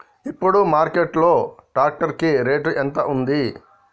ఇప్పుడు మార్కెట్ లో ట్రాక్టర్ కి రేటు ఎంత ఉంది?